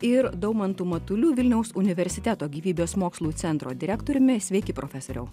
ir daumantu matuliu vilniaus universiteto gyvybės mokslų centro direktoriumi sveiki profesoriau